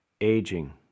aging